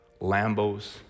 Lambos